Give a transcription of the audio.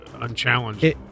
unchallenged